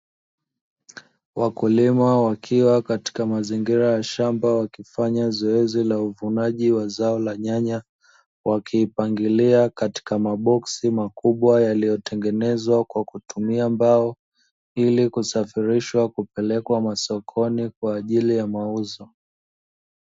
Wakulima wakiwa katika mazingira ya shamba wakifanya zoezi la uvunaji wa zao la nyanya, wakiipangilia katika maboksi makubwa yaliyotengenezwa kwa kutumia mbao, ili kusafirishwa kupelekwa masokoni kwa ajili ya mauzo.